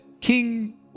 King